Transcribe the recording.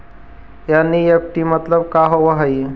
NEFT मतलब का होब हई?